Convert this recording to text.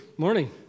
Morning